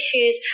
issues